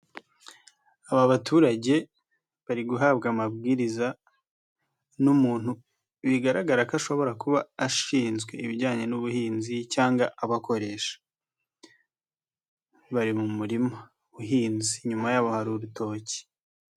Aba baturage bari guhabwa amabwiriza n'umuntu bigaragara ko ashobora kuba ashinzwe ibijyanye n'ubuhinzi cyangwa abakoresha. Bari mu murima, uhinze, inyuma yabo hari urutoki.